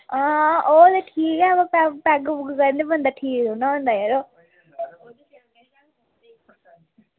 आं ओह् ते ठीक ऐ पैग कन्नै बंदा ठीक निं होंदा ना